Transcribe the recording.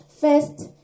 First